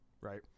right